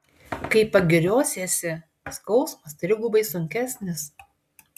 kai pagiriosiesi skausmas trigubai sunkesnis